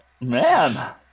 man